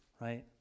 Right